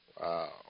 Wow